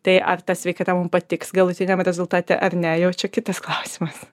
tai ar ta sveikata mum patiks galutiniam rezultate ar ne jau čia kitas klausimas